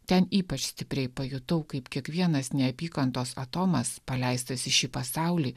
ten ypač stipriai pajutau kaip kiekvienas neapykantos atomas paleistas į šį pasaulį